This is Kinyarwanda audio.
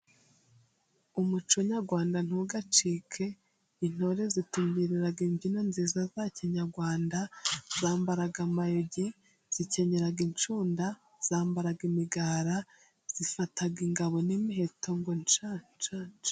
Umuco nyarwanda ntugacike, intore zitubyinira imbyino nziza za kinyarwanda, zambara amayugi, zikenyera inshunda, zambara imigara, zifata ingabo n'imiheto ngo: nsha nsha nsha!